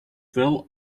fill